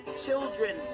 children